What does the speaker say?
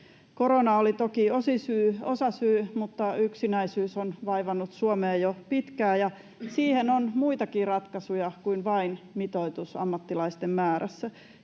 Korona oli toki osasyy, mutta yksinäisyys on vaivannut Suomea jo pitkään. Siihen on muitakin ratkaisuja kuin vain mitoitus ammattilaisten määrässä.